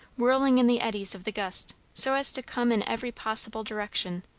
whirling in the eddies of the gust, so as to come in every possible direction,